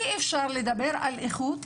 אי אפשר לדבר על איכות